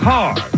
Hard